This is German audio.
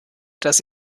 dass